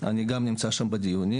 אני גם נמצא שם בדיונים.